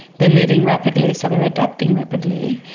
they're moving rapidly so they're adapting rapidly,